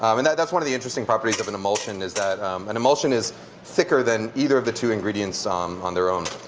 um and that's one of the interesting properties of an emulsion is that an emulsion is thicker than either of the two ingredients um on their own,